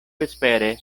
vespere